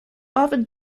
often